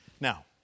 Now